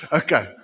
okay